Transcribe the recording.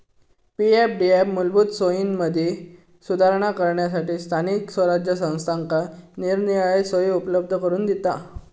पी.एफडीएफ मूलभूत सोयींमदी सुधारणा करूच्यासठी स्थानिक स्वराज्य संस्थांका निरनिराळे सोयी उपलब्ध करून दिता